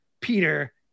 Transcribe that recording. Peter